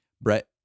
Brett